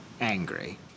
angry